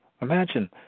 Imagine